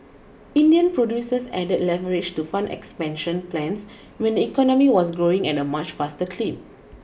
Indian producers added leverage to fund expansion plans when the economy was growing at a much faster clip